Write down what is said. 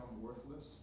worthless